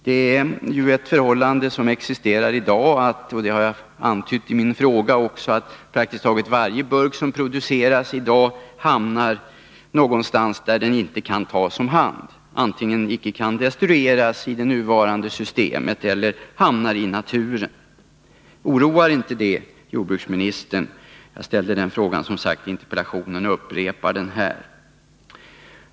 Det är ju det förhållandet som existerar i dag — och det har jag också antytt i min fråga — att praktiskt taget varje burk som produceras i dag hamnar någonstans där den inte kan tas om hand. Antingen kan den icke destrueras i det nuvarande systemet eller också hamnar den ute i naturen. Oroar inte det jordbruksministern? Jag ställde som sagt den frågan i interpellationen, och jag upprepar den här.